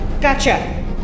Gotcha